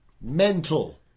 Mental